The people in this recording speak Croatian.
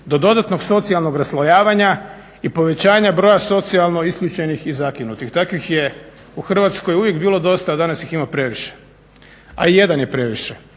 do dodatnog socijalnog raslojavanja i povećanja broja socijalno isključenih i zakinutih. Takvih je u Hrvatskoj uvijek bilo dosta, a danas ih ima previše, a i jedan je previše,